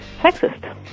sexist